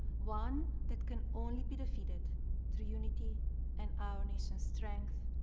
one that can only be defeated through unity and our nation's strength,